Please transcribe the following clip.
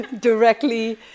directly